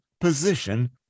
position